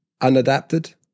unadapted